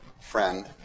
friend